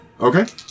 Okay